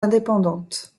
indépendantes